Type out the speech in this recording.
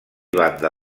banda